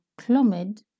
Clomid